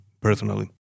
personally